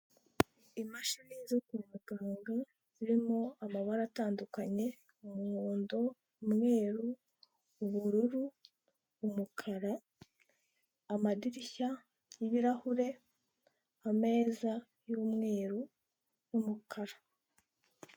Imashini zo kwa muganga zirimo amabara atandukanye. Umuhondo, umweru, ubururu, umukara, amadirishya y'ibirahure, ameza y'umweru n'umukara.